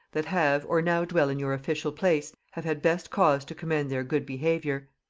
that have or now dwell in your official place, have had best cause to commend their good behaviour.